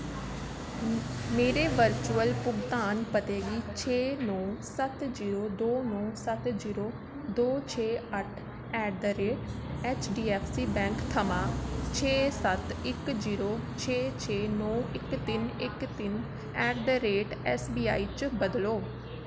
मेरे वर्चुअल भुगतान पते गी छे नौ सत्त जीरो दो नौ सत्त जीरो दो छे अट्ठ at the rate HDFC bank थमां छे सत्त इक जीरो छे छे नौ इक तिन इक तिन्न ऐट दा रेट ऐस्सबीआई च बदलो च बदलो